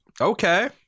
Okay